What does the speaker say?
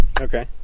Okay